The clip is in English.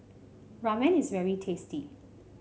ramen is very tasty